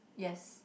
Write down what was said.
yes